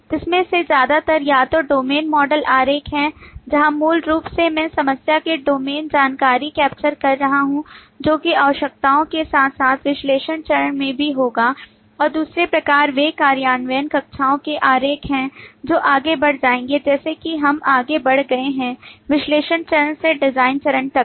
उनमें से ज्यादातर या तो डोमेन मॉडल आरेख हैं जहां मूल रूप से मैं समस्या से डोमेन जानकारी कैप्चर कर रहा हूं जो कि आवश्यकताओं के साथ साथ विश्लेषण चरण में भी होगा और दूसरे प्रकार वे कार्यान्वयन कक्षाओं के आरेख हैं जो आगे बढ़ जाएंगे जैसे कि हम आगे बढ़ गए हैं विश्लेषण चरण से डिजाइन चरण तक